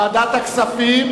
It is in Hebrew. ועדת הכספים,